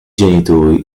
genitori